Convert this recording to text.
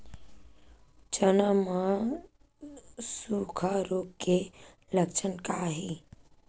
चना म सुखा रोग के लक्षण का हे?